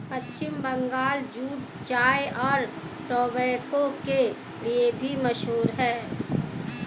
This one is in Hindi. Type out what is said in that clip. पश्चिम बंगाल जूट चाय और टोबैको के लिए भी मशहूर है